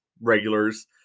regulars